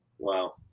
Wow